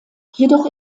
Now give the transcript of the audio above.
jedoch